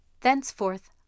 Thenceforth